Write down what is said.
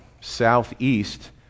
southeast